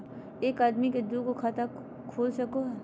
एक आदमी के दू गो खाता खुल सको है?